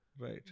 Right